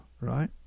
right